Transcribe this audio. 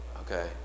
okay